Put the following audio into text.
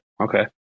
okay